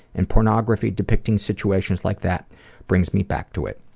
and pornography depicting situations like that brings me back to it.